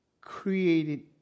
created